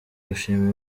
gushima